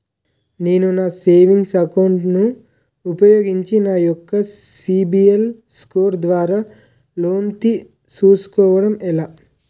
నేను నా savings account ను ఉపయోగించి నా యెక్క సిబిల్ స్కోర్ ద్వారా లోన్తీ సుకోవడం ఎలా?